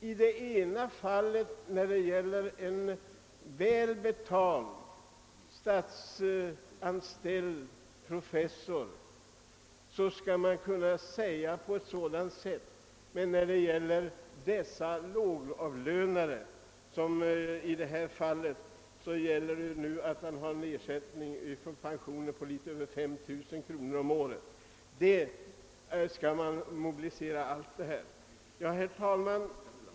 I det ena fallet, när det gäller en väl betald statsanställd professor, går det bra att göra på detta sätt. Men i det andra fallet, när det gäller en lågavlönad person, blir det endast fråga om en pensionsersättning på litet över 5 000 kronor per år, och alla dessa krafter som jag talat om mobiliseras. Herr talman!